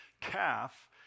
calf